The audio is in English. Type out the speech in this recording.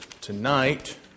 tonight